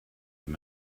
this